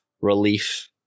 relief